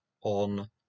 on